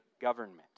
government